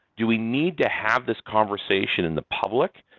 do we need to have this conversation in the public?